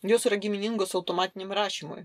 jos yra giminingos automatiniam rašymui